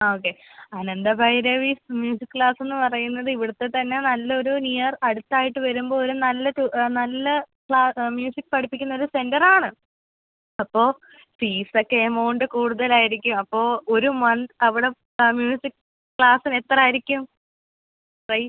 okay Anandabhairavi music class എന്ന് പറയുന്നത് ഇവിടുത്തെ തന്നെ നല്ലൊരു നിയർ അടുത്തായിട്ട് വരുമ്പം ഒരു നല്ലത് നല്ല മ്യൂസിക് പഠിപ്പിക്കുന്ന ഒരു സെന്ററ് ആണ് അപ്പോൾ ഫീസൊക്കെ എമൗണ്ട് കൂടുതലായിരിക്കും അപ്പോൾ ഒരു മന്ത് അവിടെ ആ മ്യൂസിക് ക്ലാസിന് എത്ര ആയിരിക്കും പ്രൈസ്